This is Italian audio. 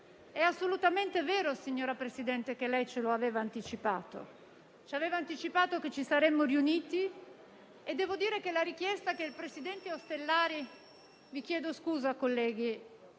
È assolutamente vero, signora Presidente, che lei ce lo aveva già anticipato: ci aveva anticipato che ci saremmo riuniti e devo dire che la richiesta del presidente Ostellari... *(Brusio).* Vi chiedo scusa, colleghi: